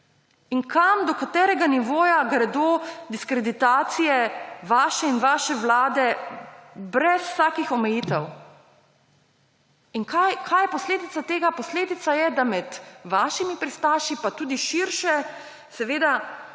in kam, do katerega nivoja gredo vaše diskreditacije in vaše vlade brez vsakih omejitev?! In kaj je posledica tega? Posledica je, da med vašimi pristaši pa tudi širše seveda